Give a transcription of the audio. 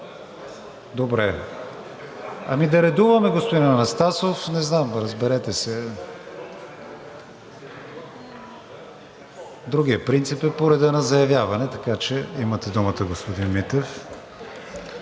Добре, ами да редуваме, господин Анастасов. Не знам, разберете се. Другият принцип е по реда на заявяване. Имате думата, господин Митев.